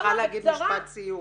נא לומר משפט סיום.